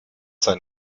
sein